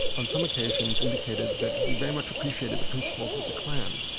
on some occasions, indicated that he very much appreciated the principles of the klan.